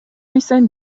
recent